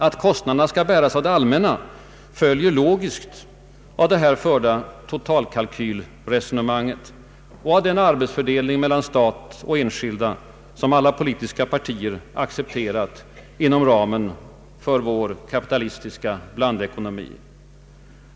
Att kostnaderna skall bäras av det allmänna följer logiskt av det här förda totalkalkylresonemanget och av den arbetsfördelning mellan stat och enskilda som alla politiska partier accepterat inom ramen för vår kapitalistiska blandekonomi.